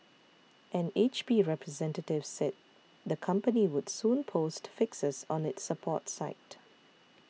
an H P representative said the company would soon post fixes on its support site